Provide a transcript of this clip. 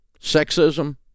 Sexism